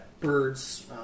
Birds